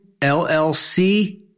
LLC